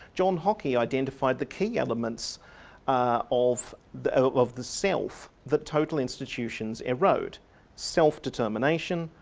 john hockey identified the key elements of the of the self that total institutions erode self-determination,